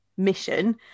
mission